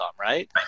right